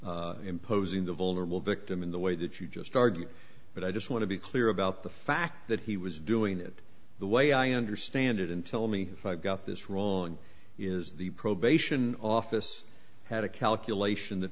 was imposing the vulnerable victim in the way that you just argued but i just want to be clear about the fact that he was doing it the way i understand it and tell me if i got this wrong is the probation office had a calculation